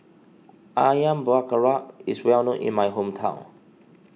Ayam Buah Keluak is well known in my hometown